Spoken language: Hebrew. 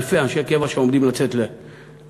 אלפי אנשי קבע שעומדים לצאת למשק,